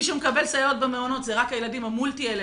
מי שמקבל סייעות במעונות זה רק הילדים המולטי-אלרגיים,